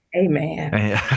Amen